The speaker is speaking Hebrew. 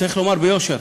צריך לומר ביושר,